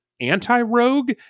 anti-rogue